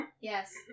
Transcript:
Yes